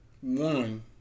One